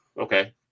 Okay